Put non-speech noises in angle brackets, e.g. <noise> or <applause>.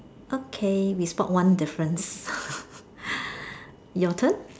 okay we spot one difference <laughs> your turn